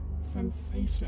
Sensation